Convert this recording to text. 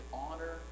honor